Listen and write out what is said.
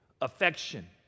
Affection